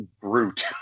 brute